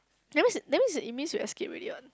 that means that means it means you escaped already what